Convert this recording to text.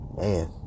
Man